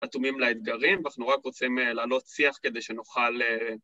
‫אטומים לאתגרים, ואנחנו רק רוצים ‫לעלות שיח כדי שנוכל...